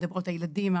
מדברות אל הילדים,